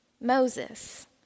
Moses